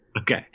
Okay